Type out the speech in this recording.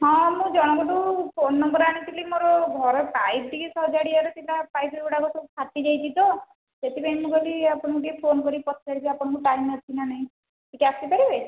ହଁ ମୁଁ ଜଣଙ୍କଠୁ ଫୋନ୍ ନମ୍ବର୍ ଆଣିଥିଲି ମୋର ଘର ପାଇପ୍ ଟିକିଏ ସଜାଡ଼ିବାର ଥିଲା ପାଇପ୍ଗୁଡ଼ାକ ସବୁ ଫାଟିଯାଇଛି ତ ସେଥିପାଇଁ ମୁଁ କହିଲି ଆପଣଙ୍କୁ ଟିକିଏ ଫୋନ୍ କରିକି ପଚାରିବି ଆପଣଙ୍କୁ ଟାଇମ୍ ଅଛି ନା ନାହିଁ ଟିକିଏ ଆସିପାରିବେ